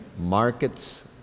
markets